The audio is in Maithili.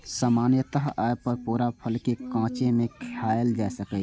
सामान्यतः अय पूरा फल कें कांचे मे खायल जा सकैए